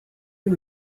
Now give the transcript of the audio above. you